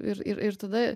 ir ir ir tada